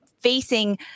facing